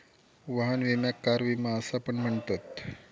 वाहन विम्याक कार विमा असा पण म्हणतत